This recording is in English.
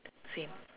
same